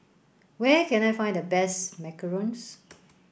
where can I find the best Macarons